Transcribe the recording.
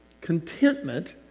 contentment